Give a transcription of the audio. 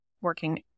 working